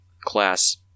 class